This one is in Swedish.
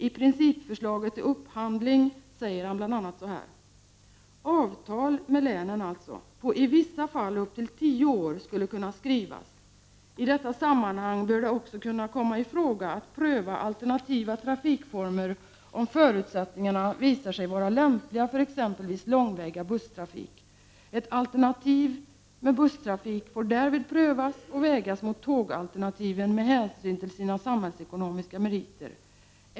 I principförslaget till upphandling säger han bl.a.: ”Avtal” — med länen alltså — ”på i vissa fall upp till tio år skulle kunna skrivas. I detta sammanhang bör det också kunna komma i fråga att pröva alternativa trafikformer om förutsättningarna visar sig vara lämpliga för exempelvis långväga busstrafik. Ett alternativ med busstrafik får därvid prövas och vägas mot tågalternativen med hänsyn till sina samhällsekonomiska meriter.